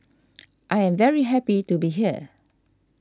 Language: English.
I am very happy to be here